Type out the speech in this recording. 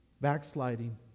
Backsliding